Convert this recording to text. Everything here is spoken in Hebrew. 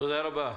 תודה רבה.